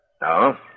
No